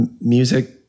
music